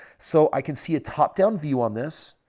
so, i can see a top down view on this.